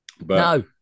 No